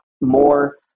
more